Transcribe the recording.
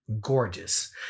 gorgeous